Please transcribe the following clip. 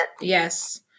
Yes